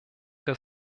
der